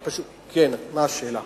כן, מה השאלה?